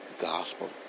gospel